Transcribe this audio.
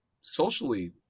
socially